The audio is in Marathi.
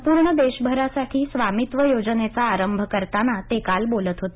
संपूर्ण देशभरासाठी स्वामित्व योजनेचा आरंभ करताना ते काल बोलत होते